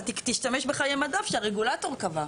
אתה תשתמש בחיי מדף שהרגולטור קבע.